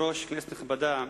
כבוד היושב-ראש, כנסת נכבדה,